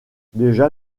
déjà